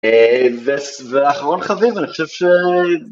ואחרון חביב, אני חושב ש...